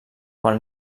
quan